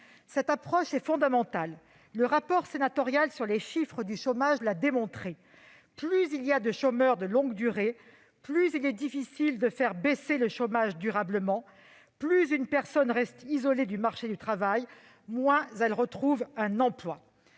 Cette approche est fondamentale. Le rapport sénatorial sur les chiffres du chômage l'a démontré : plus il y a de chômeurs de longue durée, plus il est difficile de faire baisser le chômage durablement ; plus une personne reste éloignée du marché du travail, moins elle a de